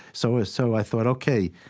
so so i thought, ok.